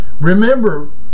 Remember